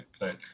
right